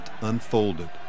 unfolded